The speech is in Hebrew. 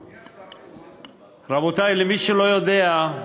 רבותי, למי שלא יודע,